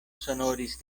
sonoris